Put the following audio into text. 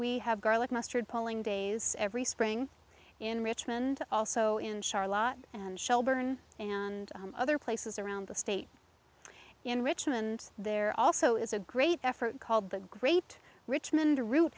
we have garlic mustard polling days every spring in richmond also in charlotte and shelburne and other places around the state in richmond there also is a great effort called the great richmond to root